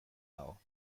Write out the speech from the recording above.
nago